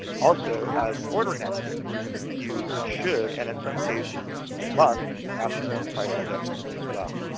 also, as an ordering activity, you should, and in some cases, must, ask for price reductions, as well,